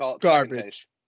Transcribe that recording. garbage